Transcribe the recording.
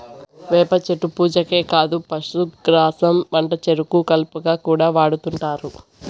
వేప చెట్టు పూజకే కాదు పశుగ్రాసం వంటచెరుకు కలపగా కూడా వాడుతుంటారు